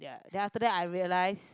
then after that I realise